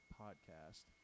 podcast